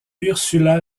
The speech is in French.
ursula